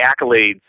accolades